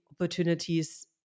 opportunities